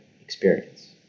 experience